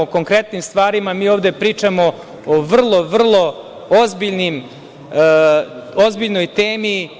O konkretnim stvarima mi ovde pričamo, o vrlo, vrlo ozbiljnoj temi.